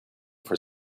for